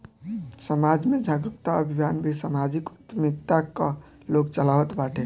समाज में जागरूकता अभियान भी समाजिक उद्यमिता कअ लोग चलावत बाटे